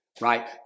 right